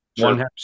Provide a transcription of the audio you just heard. One